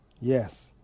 Yes